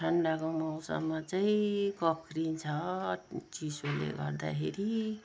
ठन्डाको मौसममा चाहिँ कक्रिन्छ चिसोले गर्दाखेरि